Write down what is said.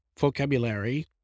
vocabulary